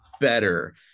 better